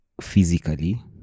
physically